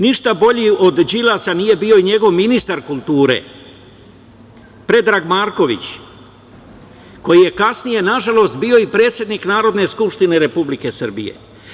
Ništa bolji od Đilasa nije bio ni njegov ministar kulture Predrag Marković koji je kasnije nažalost bio i predsednik Narodne skupštine Republike Srbije.